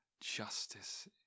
justice